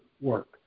work